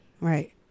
Right